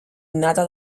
innata